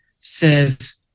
says